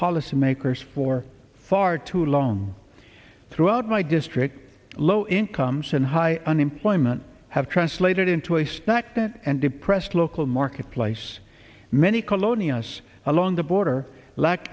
policy makers for far too long throughout my district low incomes and high unemployment have translated into a stacked and depressed local marketplace many colonialists along the border lack